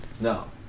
No